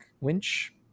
winch